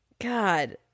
God